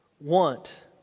want